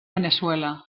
veneçuela